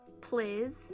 Please